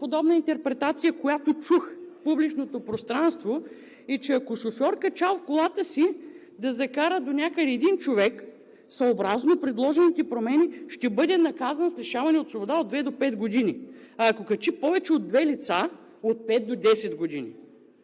подобна интерпретация, която чух в публичното пространство, е, че ако шофьор, качил в колата си да закара донякъде един човек, съобразно предложените промени ще бъде наказан с лишаване от свобода от две до пет години. А ако качи повече от две лица - от пет до 10 години,